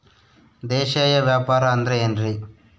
ದೇಶೇಯ ವ್ಯಾಪಾರ ಅಂದ್ರೆ ಏನ್ರಿ?